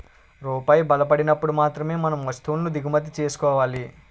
రూపాయి బలపడినప్పుడు మాత్రమే మనం వస్తువులను దిగుమతి చేసుకోవాలి